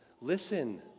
Listen